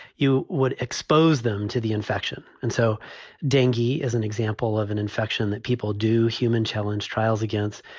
you would expose them to the infection. and so dinghy is an example of an infection that people do human challenge trials against,